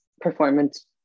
performance